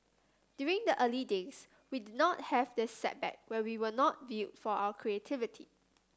during the early days we did not have this setback where we were not viewed for our creativity